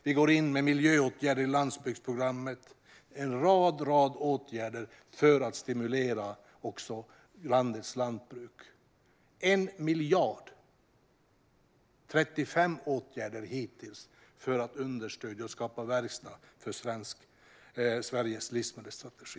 Vi går in med miljöåtgärder i landsbygdsprogrammet. Det är en rad åtgärder för att stimulera landets lantbruk. Det handlar om 1 miljard och 35 åtgärder hittills för att understödja och skapa verkstad för Sveriges livsmedelsstrategi.